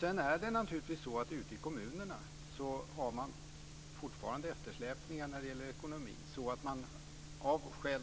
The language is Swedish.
Sedan är det naturligtvis så att man ute i kommunerna fortfarande har eftersläpningar när det gäller ekonomin, så att man av skäl